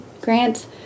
grant